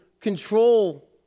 control